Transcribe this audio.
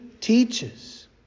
teaches